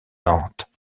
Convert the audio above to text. nantes